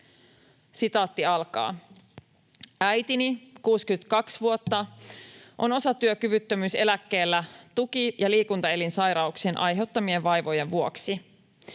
tai ruokaan.” ”Äitini, 62 vuotta, on osatyökyvyttömyyseläkkeellä tuki- ja liikuntaelinsairauksien aiheuttamien vaivojen vuoksi.